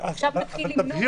עכשיו נתחיל למנות הכול?